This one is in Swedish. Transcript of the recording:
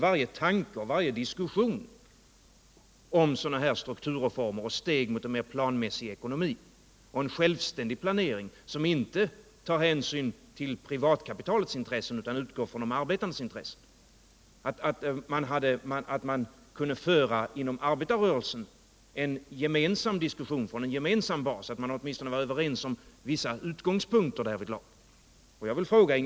Varje tanke och varje diskussion om sådana här strukturrefermer och steg mot en mer planmässig ekonomi och en självständig planering, som inte tar hänsyn till privatkapitalets intressen utan utgår ifrån de arbetandes intressen, borde kunna föras fram från en gemensam bas inom arbetarrörelsen. Man borde åtminstone kunna vara överens om vissa utgångspunkter därvidlag.